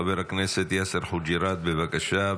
חבר הכנסת יאסר חוג'יראת, בבקשה.